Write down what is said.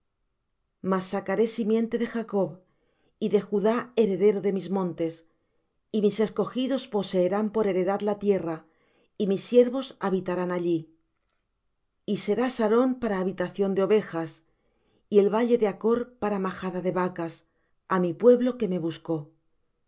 mas sacaré simiente de jacob y de judá heredero de mis montes y mis escogidos poseerán por heredad la tierra y mis siervos habitarán allí y será sarón para habitación de ovejas y el valle de achr para majada de vacas á mi pueblo que me buscó